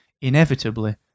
Inevitably